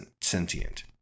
sentient